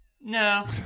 no